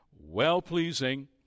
well-pleasing